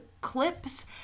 clips